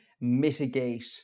mitigate